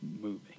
moving